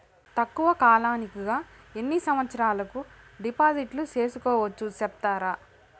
తక్కువ కాలానికి గా ఎన్ని సంవత్సరాల కు డిపాజిట్లు సేసుకోవచ్చు సెప్తారా